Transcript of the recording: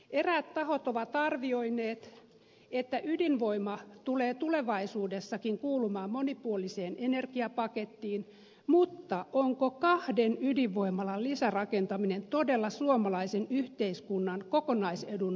eräät tahot ovat arvioineet että ydinvoima tulee tulevaisuudessakin kuulumaan monipuoliseen energiapakettiin mutta onko kahden ydinvoimalan lisärakentaminen todella suomalaisen yhteiskunnan kokonaisedun mukaista